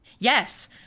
Yes